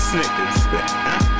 Snickers